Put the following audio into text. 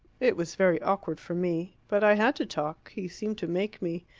it was very awkward for me. but i had to talk he seemed to make me.